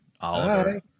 oliver